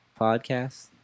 podcast